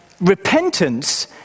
repentance